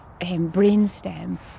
brainstem